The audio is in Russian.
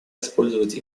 использовать